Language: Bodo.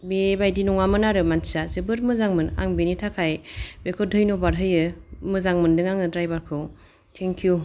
बे बायदि नङामोन आरो मानसिया जोबोर मोजां मोन आं बेनि थाखाय बेखौ धैनबाद होयो मोजां मोनदों आङो ड्राइभार खौ थेंक इउ